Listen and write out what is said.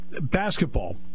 Basketball